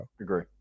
agree